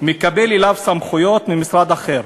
מקבל אליו סמכויות ממשרד אחר,